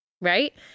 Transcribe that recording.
right